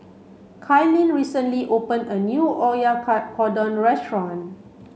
Kailyn recently open a new restaurant